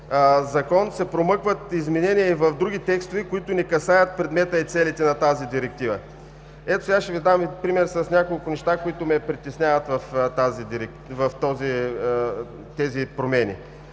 се промъкват изменения и в други текстове, които не касаят предмета и целите на тази директива. Ще Ви дам пример с няколко неща, които ме притесняват в тези промени.